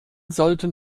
sollten